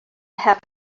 have